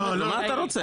מה אתה רוצה?